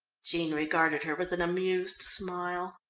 jean regarded her with an amused smile.